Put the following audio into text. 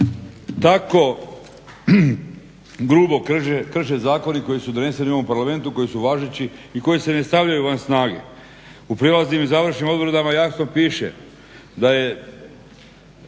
tako grubo krše zakoni koji su doneseni u ovom Parlamentu koji su važeći i koji se ne stavljaju van snage. U prijelaznim i završnim odredbama jasno piše da je